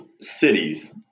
cities